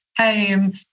home